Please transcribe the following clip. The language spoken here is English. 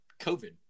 COVID